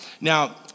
Now